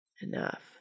Enough